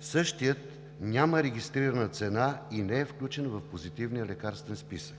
Същият няма регистрирана цена и не е включен в Позитивния лекарствен списък.